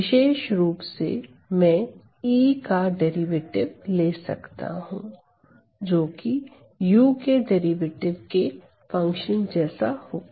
विशेष रुप से मैं E का डेरिवेटिव ले सकता हूं जोकि u के डेरिवेटिव के फंक्शन जैसा होगा